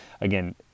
Again